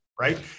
right